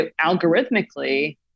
algorithmically